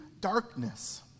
darkness